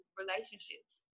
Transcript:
relationships